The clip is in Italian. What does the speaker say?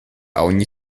ogni